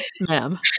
Ma'am